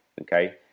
Okay